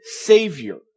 Savior